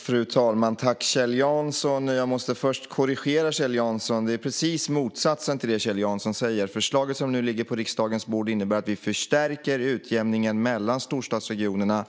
Fru talman! Tack, Kjell Jansson! Jag måste först korrigera ledamoten - förslaget är precis motsatsen till det han säger. Det förslag som nu ligger på riksdagens bord innebär att vi förstärker utjämningen mellan storstadsregionerna